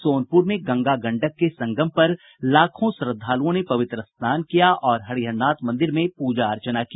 सोनपुर में गंगा गंडक के संगम पर लाखों श्रद्धालुओं ने पवित्र स्नान किया और हरिहरनाथ मंदिर में पूजा अर्चना की